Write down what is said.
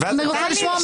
אני מסתדר.